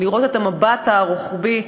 לראות את המבט הרוחבי,